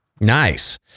nice